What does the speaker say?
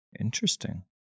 Interesting